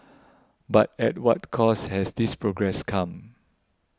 but at what cost has this progress come